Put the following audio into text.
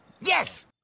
yes